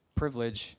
privilege